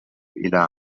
إلى